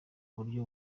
uburyo